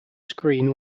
screen